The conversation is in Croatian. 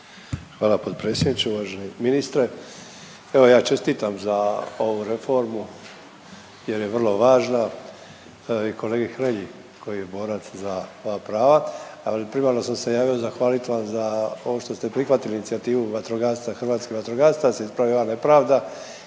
Hvala potpredsjedniče. Uvaženi ministre, evo ja čestitam za ovu reformu jer je vrlo važna i kolegi Hrelji koji je borac za ova prava, ali primarno sam se javio zahvalit vam za ovo što ste prihvatili inicijativu vatrogastva, hrvatskih vatrogastva, da se ispravi ova nepravda